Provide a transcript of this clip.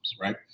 right